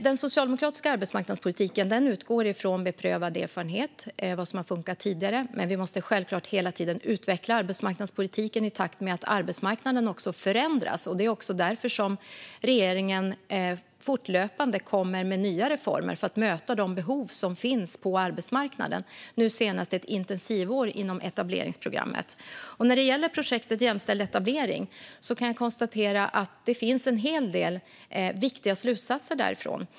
Den socialdemokratiska arbetsmarknadspolitiken utgår från beprövad erfarenhet, vad som har funkat tidigare, men vi måste självklart hela tiden utveckla arbetsmarknadspolitiken i takt med att arbetsmarknaden förändras. Det är också därför som regeringen fortlöpande kommer med nya reformer för att möta de behov som finns på arbetsmarknaden, nu senast ett intensivår inom etableringsprogrammet. När det gäller projektet för jämställdhet och etablering kan jag konstatera att det finns en hel del viktiga slutsatser därifrån.